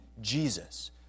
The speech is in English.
Jesus